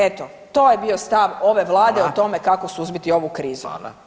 Eto to je bio stav ove Vlade o tome kako suzbiti ovu krizu.